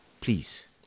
Please